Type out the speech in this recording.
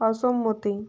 অসম্মতি